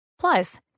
Plus